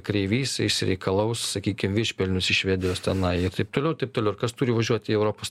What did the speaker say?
kreivys išsireikalaus sakykim viršpelnius iš švedijos tenai ir taip toliau ir taip toliau ir kas turi važiuot į europos